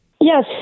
Yes